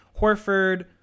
Horford